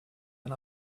and